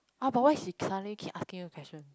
oh but why she suddenly keep asking you question